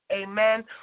amen